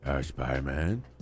Spider-Man